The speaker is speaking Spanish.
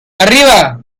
arriba